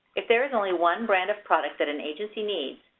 if there is only one brand of product that an agency needs,